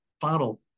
final